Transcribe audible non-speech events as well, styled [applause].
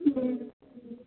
[unintelligible]